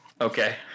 Okay